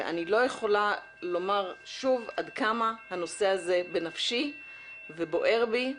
אני לא יכולה לומר שוב עד כמה הנושא הזה בנפשי ובוער בי.